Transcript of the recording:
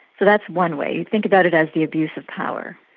so that's one way, you think about it as the abuse of power.